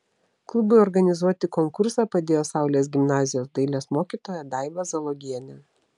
klubui organizuoti konkursą padėjo saulės gimnazijos dailės mokytoja daiva zalogienė